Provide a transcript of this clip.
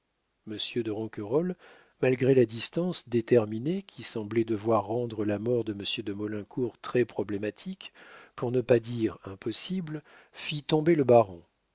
monsieur de ronquerolles malgré la distance déterminée qui semblait devoir rendre la mort de monsieur de maulincour très problématique pour ne pas dire impossible fit tomber le baron